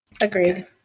Agreed